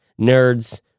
Nerds